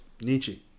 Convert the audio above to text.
Nietzsche